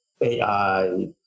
AI